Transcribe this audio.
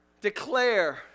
Declare